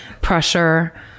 pressure